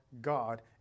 God